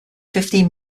fifteen